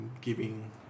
giving